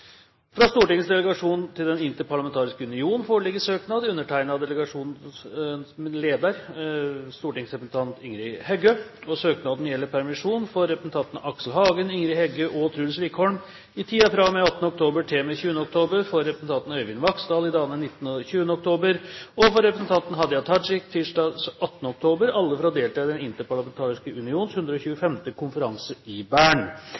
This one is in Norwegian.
fra Stortingets delegasjon til Den interparlamentariske union foreligger søknad, undertegnet av delegasjonens leder, stortingsrepresentant Ingrid Heggø. Søknaden gjelder permisjon for representantene Aksel Hagen, Ingrid Heggø og Truls Wickholm i tiden fra og med 18. oktober til og med 20. oktober, for representanten Øyvind Vaksdal i dagene 19. og 20. oktober og for representanten Hadia Tajik tirsdag 18. oktober – alle for å delta i Den interparlamentariske unions 125. konferanse i Bern